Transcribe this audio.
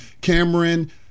Cameron